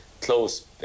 close